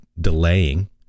delaying